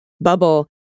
bubble